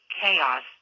chaos